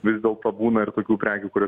vis dėlto būna ir tokių prekių kurias